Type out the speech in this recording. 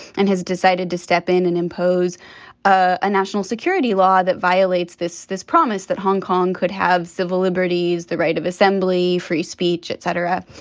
and has decided to step in and impose a national security law that violates this this promise that hong kong could have civil liberties, the right of assembly, free speech, et cetera.